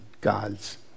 God's